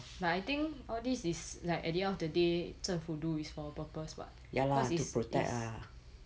but I think all this is like at the end of the day 政府 do is for a purpose [what] cause it's it's